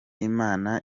imana